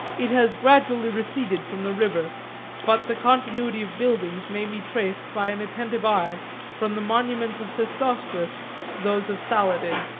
it has gradually receded from the river but the continuity of buildings may be traced by an attentive eye from the monuments of sesostris to those of saladin.